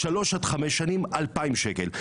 5-3 שנים 2,000 שקל,